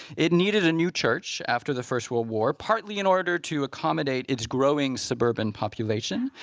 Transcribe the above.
it needed a new church after the first world war, partly in order to accommodate its growing suburban population,